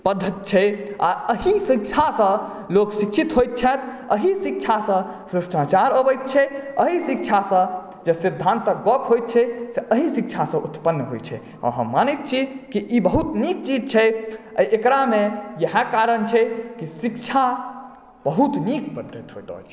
छै आ एहि शिक्षासँ लोक शिक्षित होइत छथि एहि शिक्षासँ शिष्टाचार अबै छै एहि शिक्षासँ जे सिद्धान्तक गप होइ छै से एहि शिक्षासँ उत्पन्न होइ छै आ मानैत छी जे ई बहुत नीक चीज छै आ एकरामे इएहे कारण छै जे शिक्षा बहुत नीक पद्धति होइत अछि